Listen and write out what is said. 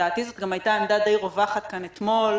ולדעתי זו גם הייתה עמדה די רווחת כאן אתמול.